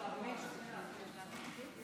של חברת הכנסת מירב בן ארי עברה בקריאה טרומית,